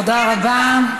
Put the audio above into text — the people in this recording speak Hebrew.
תודה רבה.